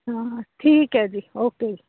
ਹਾਂ ਠੀਕ ਹੈ ਜੀ ਓਕੇ